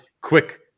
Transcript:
Quick